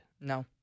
No